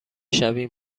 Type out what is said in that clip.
شویم